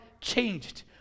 changed